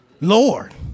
Lord